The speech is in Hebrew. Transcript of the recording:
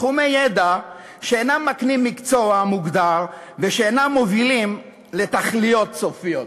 תחומי ידע שאינם מקנים מקצוע מוגדר ושאינם מובילים לתכליות סופיות.